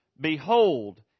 behold